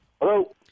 Hello